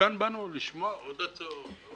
כאן באנו לשמוע עוד הצעות.